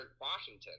Washington